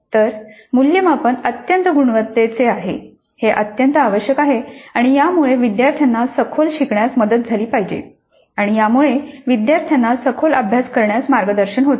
तर मूल्यमापन अत्यंत गुणवत्तेचे आहे हे अत्यंत आवश्यक आहे आणि यामुळे विद्यार्थ्यांना सखोल शिकण्यास मदत झाली पाहिजे आणि यामुळे विद्यार्थ्यांना सखोल अभ्यास करण्यास मार्गदर्शन होते